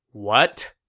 what?